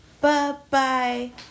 bye-bye